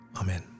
Amen